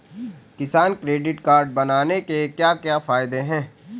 किसान credit card बनाने के क्या क्या फायदे हैं?